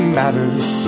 matters